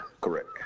correct